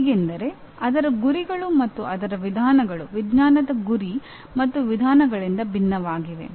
ಹೀಗೆಂದರೆ ಅದರ ಗುರಿಗಳು ಮತ್ತು ಅದರ ವಿಧಾನಗಳು ವಿಜ್ಞಾನದ ಗುರಿ ಮತ್ತು ವಿಧಾನಗಳಿಂದ ಭಿನ್ನವಾಗಿವೆ